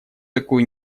такую